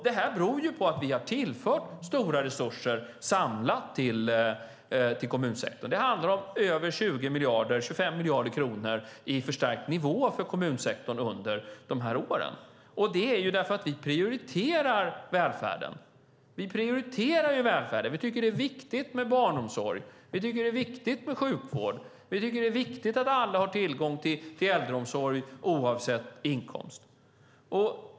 Det här beror på att vi har tillfört stora resurser samlat till kommunsektorn. Det handlar om över 25 miljarder kronor i förstärkt nivå för kommunsektorn under de här åren. Det är för att vi prioriterar välfärden. Vi tycker att det är viktigt med barnomsorg. Vi tycker att det är viktigt med sjukvård. Vi tycker att det är viktigt att alla har tillgång till äldreomsorg oavsett inkomst.